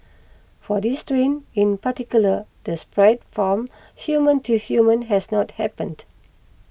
for this strain in particular the spread from human to human has not happened